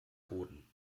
boden